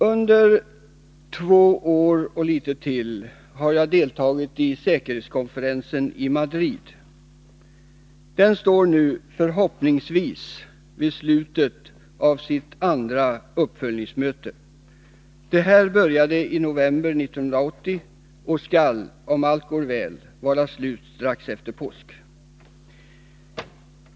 Under drygt två år har jag deltagit i säkerhetskonferensen i Madrid. Den står nu — förhoppningsvis — vid slutet av sitt andra uppföljningsmöte. Detta började i november 1980 och skall — om allt går väl — vara slut strax efter påsk.